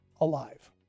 alive